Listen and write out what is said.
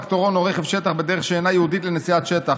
טרקטורון או רכב שטח בדרך שאינה ייעודית לנסיעת שטח.